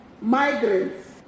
migrants